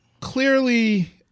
clearly